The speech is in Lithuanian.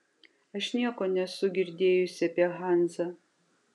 aš nieko nesu girdėjusi apie hanzą